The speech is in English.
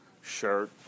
shirt